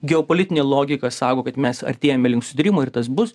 geopolitinė logika sako kad mes artėjame link sudūrimo ir tas bus